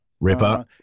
Ripper